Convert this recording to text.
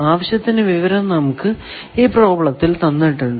ആവശ്യത്തിന് വിവരം നമുക്ക് ഈ പ്രോബ്ലത്തിൽ തന്നിട്ടുണ്ട്